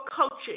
coaching